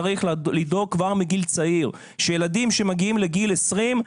צריך לדאוג כבר מגיל צעיר שילדים שמגיעים לגיל 20,